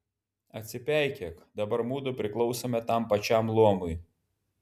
atsipeikėk dabar mudu priklausome tam pačiam luomui